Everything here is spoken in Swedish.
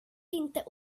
inte